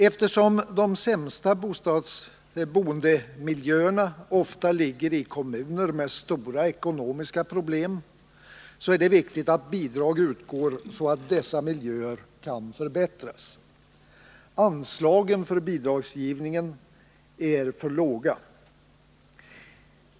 Eftersom de sämsta boendemiljöerna ofta ligger i kommuner med stora ekonomiska problem är det viktigt att bidrag utgår, så att dessa miljöer kan förbättras. Anslagen för bidragsgivningen är emellertid för låga.